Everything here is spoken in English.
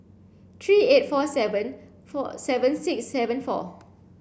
three eight four seven four seven six seven four